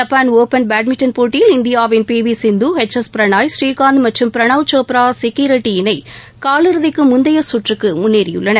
Japan open badminton போட்டியில் இந்தியாவின் P V Sindhu H S Prannoy Srikanth மற்றும் பிரணவ் சோப்ரா சிக்கி ரெட்டி இணை காலிறதிக்கு முந்தைய கற்றுக்கு முன்னேறியுள்ளன